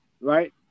right